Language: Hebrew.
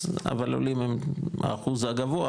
אבל עולים האחוז הגבוה,